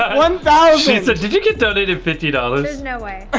ah one thousand! she said, did you get donated fifty dollars? there's no way.